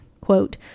quote